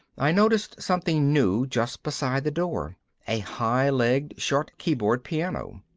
i noticed something new just beside the door a high-legged, short-keyboard piano.